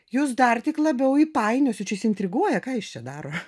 jus dar tik labiau įpainiosiu čia jis intriguoja ką jis čia daro